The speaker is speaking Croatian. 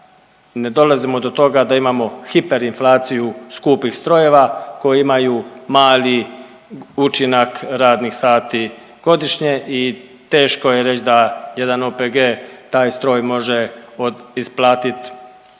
ne dolazimo do toga da imamo hiperinflaciju skupih strojeva koji imaju mali učinak radnih sati godišnje i teško je reć da jedan OPG taj stroj može isplatit